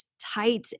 tight